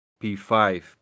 P5